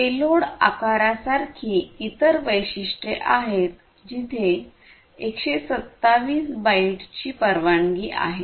payload आकारासारखी इतर वैशिष्ट्ये आहेत जिथे 127 बाइटची परवानगी आहे